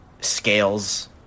scales